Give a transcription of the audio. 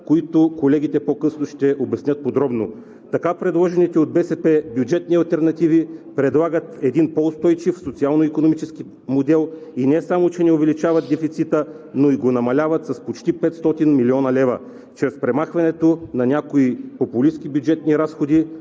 които колегите по-късно ще обяснят подробно. Така предложените от БСП бюджетни алтернативи предлагат един по-устойчив социално-икономически модел и не само че не увеличават дефицита, но и го намаляват с почти 500 млн. лв. чрез премахването на някои популистки бюджетни разходи